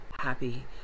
happy